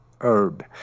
herb